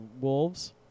wolves